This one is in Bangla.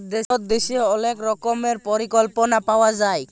ভারত দ্যাশে অলেক রকমের পরিকল্পলা পাওয়া যায়